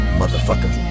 motherfucker